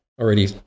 already